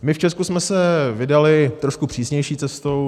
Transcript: My v Česku jsme se vydali trošku přísnější cestou.